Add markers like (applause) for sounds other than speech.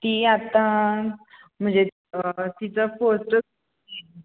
ती आता म्हणजे तिचा (unintelligible)